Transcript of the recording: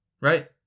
Right